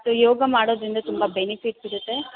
so yoga ಮಾಡೋದರಿಂದ ತುಂಬ benefit ಸಿಗುತ್ತೆ